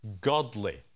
godly